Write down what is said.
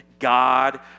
God